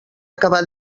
acabà